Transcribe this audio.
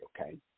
okay